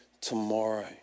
tomorrow